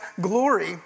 glory